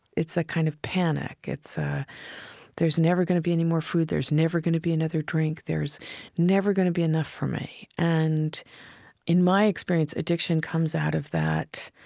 it's a kind of panic. it's, ah there's never going to be any more food there's never going to be another drink there's never going to be enough for me and in my experience, addiction comes out of that,